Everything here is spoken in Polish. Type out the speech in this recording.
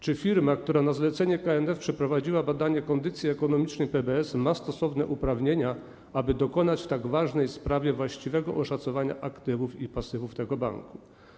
Czy firma, która na zlecenie KNF przeprowadziła badanie kondycji ekonomicznej PBS, ma stosowne uprawnienia, aby dokonać w tak ważnej sprawie właściwego oszacowania aktywów i pasywów tego banku?